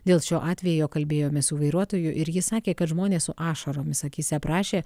dėl šio atvejo kalbėjomės su vairuotoju ir jis sakė kad žmonės su ašaromis akyse prašė